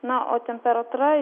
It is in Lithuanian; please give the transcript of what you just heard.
na o temperatūra